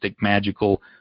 magical